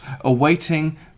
awaiting